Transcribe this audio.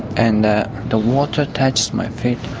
and the the water touched my feet.